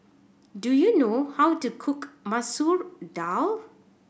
do you know how to cook Masoor Dal